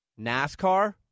NASCAR